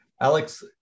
Alex